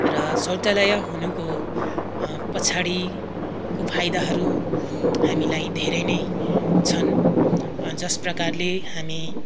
र शौचालय हुनुको पछाडिको फाइदाहरू हामीलाई धेरै नै छन् जस प्रकारले हामी